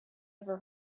ever